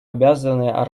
обязаны